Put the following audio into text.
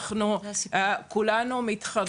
אנחנו כולנו מתחרים.